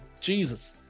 Jesus